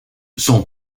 son